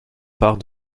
part